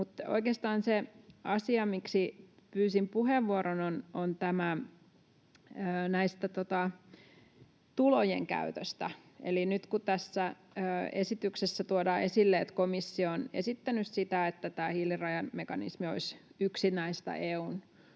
Oikeastaan se asia, miksi pyysin puheenvuoron, on tämä tulojen käyttö. Eli nyt kun tässä esityksessä tuodaan esille, että komissio on esittänyt sitä, että tämä hiilirajamekanismi olisi yksi näistä EU:n